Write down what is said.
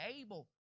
able